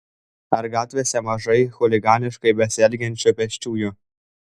ar gatvėse mažai chuliganiškai besielgiančių pėsčiųjų